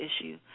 issue